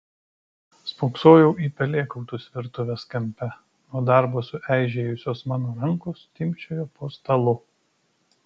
spoksojau į pelėkautus virtuves kampe nuo darbo sueižėjusios mano rankos timpčiojo po stalu